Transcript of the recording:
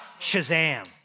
Shazam